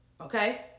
Okay